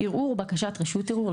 ערעור או בקשת רשות ערעור,